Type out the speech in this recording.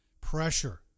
pressure